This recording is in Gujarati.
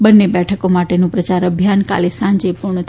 બંને બેઠકો માટેનું પ્રચાર અભિયાન કાલે સાંજે પૂર્ણ થશે